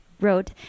wrote